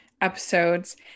episodes